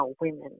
women